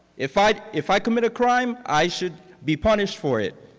if i if i commit a crime, i should be punished for it.